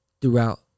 throughout